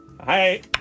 Hi